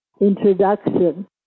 introduction